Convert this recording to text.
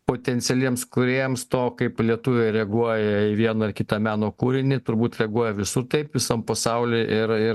potencialiems kūrėjams to kaip lietuviai reaguoja į vieną ar kitą meno kūrinį turbūt reaguoja visur taip visam pasauly ir ir